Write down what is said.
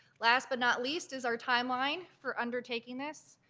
last but not least is our timeline for undertaking this.